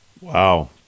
Wow